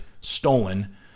stolen